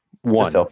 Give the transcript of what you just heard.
One